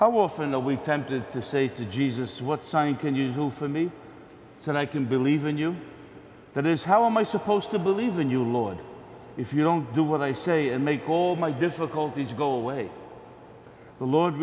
how often the we tempted to say to jesus what sign can you do for me that i can believe in you that is how am i supposed to believe in you lord if you don't do what i say and make all my difficulties go away the lord